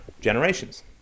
generations